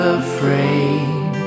afraid